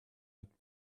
mit